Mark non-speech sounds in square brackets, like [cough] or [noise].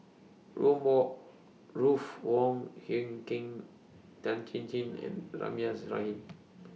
[unintelligible] Ruth Wong Hie King Tan Chin Chin and Rahimah Rahim